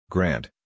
Grant